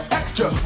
extra